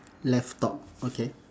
left top okay